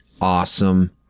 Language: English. awesome